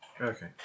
Okay